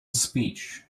speech